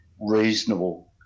reasonable